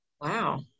Wow